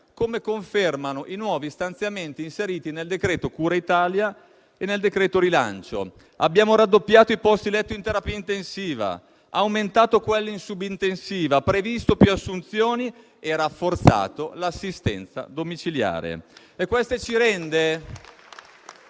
come confermano i nuovi stanziamenti inseriti nei decreti cura Italia e rilancio. Abbiamo raddoppiato i posti letto in terapia intensiva e aumentato quelli in subintensiva. Abbiamo previsto più assunzioni e rafforzato l'assistenza domiciliare.